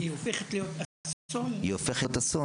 היא הופכת להיות אסון --- היא הופכת להיות אסון